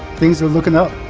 things are looking up.